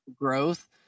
growth